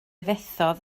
fethodd